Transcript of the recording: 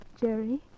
Jerry